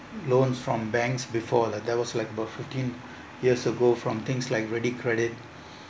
loans from banks before the there was like about fifteen years ago from things like ready credit